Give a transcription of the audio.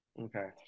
Okay